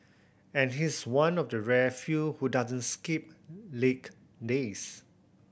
and he's one of the rare few who doesn't skip leg days